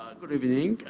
good evening.